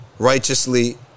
Righteously